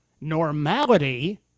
normality